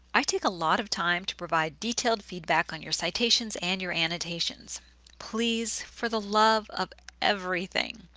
i take a lot of time to provide detailed feedback on your citations and your annotations please, for the love of everything,